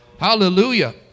Hallelujah